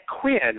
Quinn